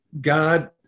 God